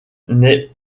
n’est